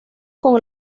con